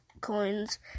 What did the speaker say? coins